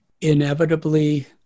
inevitably